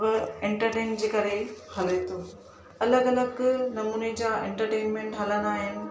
entertain जे करे हले थो अलॻि अलॻि नमूने जा एंटरटेनमेंट हलंदा आहिनि